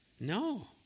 no